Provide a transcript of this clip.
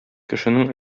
кешенең